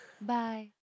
Bye